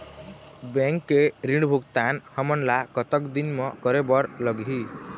Bank के ऋण भुगतान हमन ला कतक दिन म करे बर लगही?